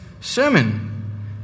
sermon